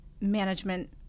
management